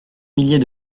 milliers